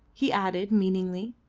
he added meaningly.